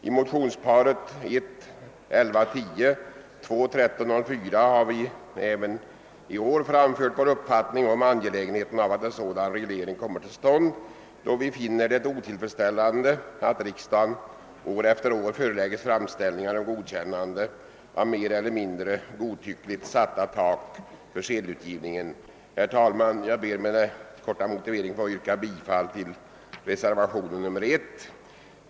I motionsparet I: 1110 och II: 1304 har vi även i år framfört vår uppfattning om angelägenheten av att en sådan reglering kommer till stånd då vi finner det otillfredsställande att riksdagen år efter år förelägges framställningar om godkännande av mer eller mindre godtyckligt satta tak för sedelutgivningen. Herr talman! Jag ber med denna korta motivering att få yrka bifall till reservationen 1.